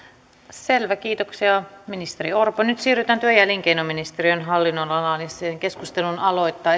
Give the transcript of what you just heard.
selvä kiitoksia ministeri orpo nyt siirrytään työ ja elinkeinoministeriön hallinnonalaan ja sen keskustelun aloittaa